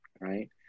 right